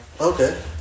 Okay